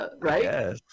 Right